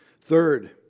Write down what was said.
Third